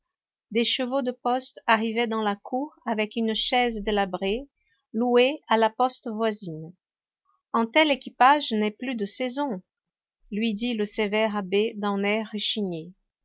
des chevaux de poste arrivaient dans la cour avec une chaise délabrée louée à la poste voisine un tel équipage n'est plus de saison lui dit le sévère abbé d'un air rechigné